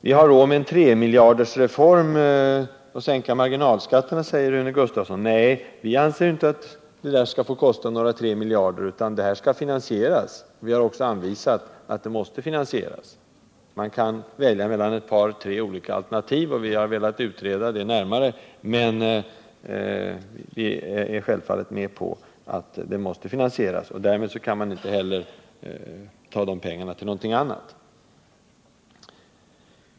Vi har råd med en 3-miljardersreform för att sänka marginalskatterna, säger Rune Gustavsson. Nej, vi anser inte att detta skall få kosta några 3 miljarder, utan det skall finansieras. Vi har också framhållit att det måste finansieras. Man kan välja mellan ett par tre olika alternativ, och vi har velat utreda dem närmare. Eftersom detta måste finansieras kan man inte ta pengarna till någonting annat.